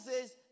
says